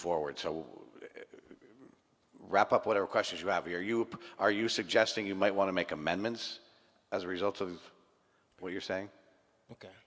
forward so wrap up whatever questions you have your you are you suggesting you might want to make amendments as a result of what you're saying